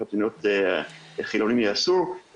חילונים יהיה אסור,